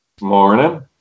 Morning